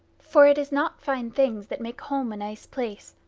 for it is not fine things that make home a nice place,